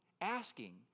asking